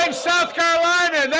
like south carolina,